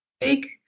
take